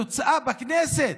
התוצאה בכנסת,